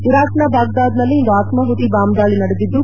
ಇರಾಕ್ನ ಬಾಗ್ದಾದ್ನಲ್ಲಿ ಇಂದು ಅತ್ಯಾಪುತಿ ಬಾಂಬ್ ದಾಳಿ ನಡೆದಿದ್ದು